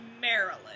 Maryland